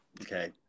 okay